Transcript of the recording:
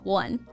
one